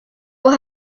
will